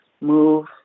move